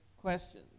questions